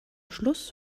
schluss